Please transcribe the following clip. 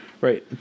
Right